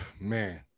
man